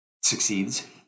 succeeds